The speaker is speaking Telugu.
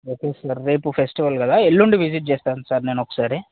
ఓకే సార్ రేపు ఫెస్టివల్ కదా ఎల్లుండి విజిట్ చేస్తాను సార్ నేను ఒకసారి